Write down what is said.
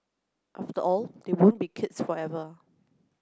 after all they won't be kids forever